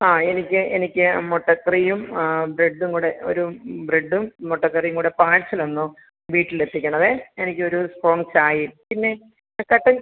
ആ എനിക്ക് എനിക്ക് മുട്ടക്കറിയും ബ്രഡ്ഡും കൂടെ ഒരു ബ്രഡ്ഡും മുട്ടക്കറിയും കൂടെ പാഴ്സല് ഒന്നു വീട്ടിലെത്തിക്കണവേ എനിക്കൊരു സ്ട്രോംഗ് ചായയും പിന്നെ ആ കട്ടൻ